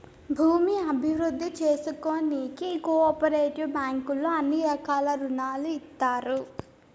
భూమి అభివృద్ధి చేసుకోనీకి కో ఆపరేటివ్ బ్యాంకుల్లో అన్ని రకాల రుణాలు ఇత్తారు